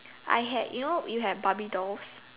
I had you know you had barbie dolls